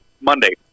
Monday